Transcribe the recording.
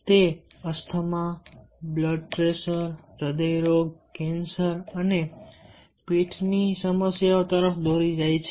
તે asthma blood pressure હૃદય રોગ કેન્સર અને પીઠની સમસ્યાઓ તરફ દોરી જાય છે